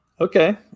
okay